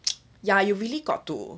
ya you really got to